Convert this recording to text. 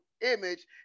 image